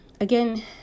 Again